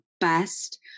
best